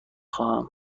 خواهم